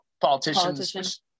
politicians